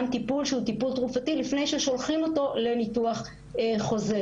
טיפול שהוא טיפול תרופתי לפני ששולחים אותו לניתוח חוזר.